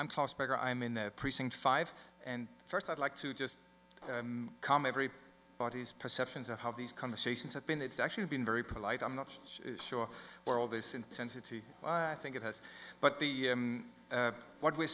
better i'm in the precinct five and first i'd like to just come every body's perceptions of how these conversations have been it's actually been very polite i'm not sure where all this intensity i think it has but the what we're